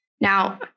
Now